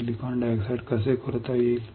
silicon dioxide कसे खोदता येईल